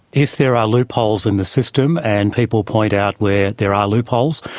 if there are loopholes in the system and people point out where there are loopholes,